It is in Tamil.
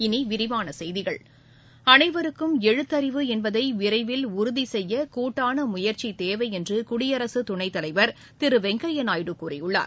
இனி விரிவான செய்திகள் அனைவருக்கும் எழுத்தறிவு என்பதை விரைவில் உறுதி செய்ய கூட்டான முயற்சி தேவை என்று குடியரசு துணைத்தலைவர் திரு வெங்கையா நாயுடு கூறியுள்ளார்